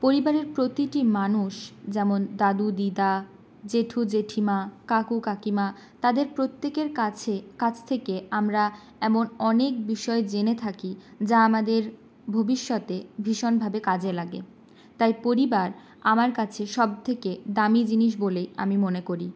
পরিবারের প্রতিটি মানুষ যেমন দাদু দিদা জ্যেঠু জ্যেঠিমা কাকু কাকিমা তাদের প্রত্যেকের কাছেই কাছ থেকে আমরা এমন অনেক বিষয় জেনে থাকি যা আমাদের ভবিষ্যতে ভীষণভাবে কাজে লাগে তাই পরিবার আমার কাছে সবথেকে দামি জিনিস বলেই আমি মনে করি